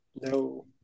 no